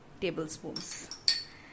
tablespoons